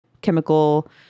chemical